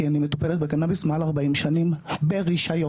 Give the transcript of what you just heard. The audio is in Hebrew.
כי אני מטופלת בקנאביס מעל 40 שנים ברישיון.